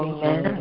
Amen